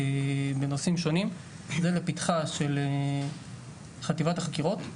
בנושאים שונים, זה לפתחה של חטיבת החקירות.